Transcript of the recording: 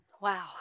Wow